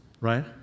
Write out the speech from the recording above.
right